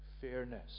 fairness